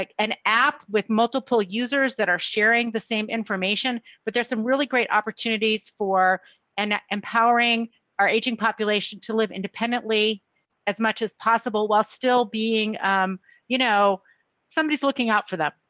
an app with multiple users that are sharing the same information. but there's some really great opportunities for an empowering our aging population to live independently as much as possible while still being being um you know somebody looking out for that.